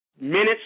Minutes